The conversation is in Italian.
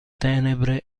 tenebre